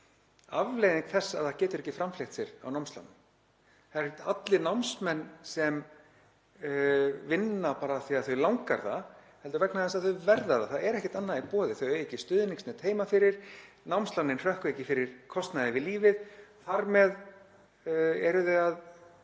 afleiðing þess að það getur ekki framfleytt sér á námslánum. Það eru ekkert allir námsmenn sem vinna bara af því að þau langar það heldur vegna þess að þau verða að gera það. Það er ekkert annað í boði, þau eiga ekki stuðningsnet heima fyrir, námslánin hrökkva ekki fyrir kostnaði við lífið. Þar með eru þau að